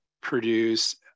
produce